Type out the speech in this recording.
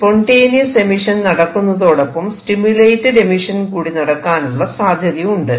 spontaneous emission നടക്കുന്നതോടൊപ്പം stimulated emission കൂടി നടക്കാനുള്ള സാധ്യത ഉണ്ട്